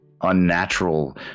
unnatural